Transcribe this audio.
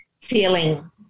feeling